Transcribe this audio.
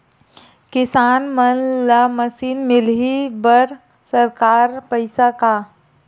किसान मन ला मशीन मिलही बर सरकार पईसा का?